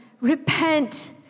Repent